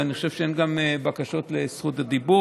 ואני חושב שאין גם בקשות לרשות דיבור,